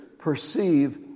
Perceive